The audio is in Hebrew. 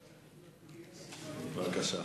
בבקשה.